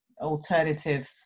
alternative